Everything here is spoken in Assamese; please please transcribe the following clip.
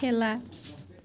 খেলা